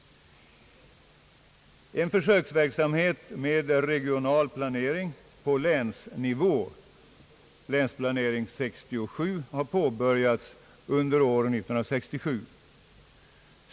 En försöksverksamhet med regional planering på länsnivå, »Länsplanering 67», har påbörjats under år 1967.